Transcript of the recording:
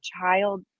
child